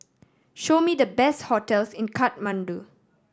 show me the best hotels in Kathmandu